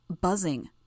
buzzing